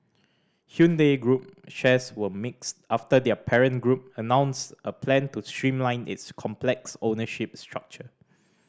Hyundai group shares were mixed after their parent group announced a plan to streamline its complex ownership structure